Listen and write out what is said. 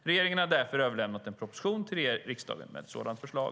Regeringen har därför överlämnat en proposition till riksdagen med ett sådant förslag.